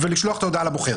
ולשלוח את ההודעה לבוחר.